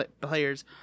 players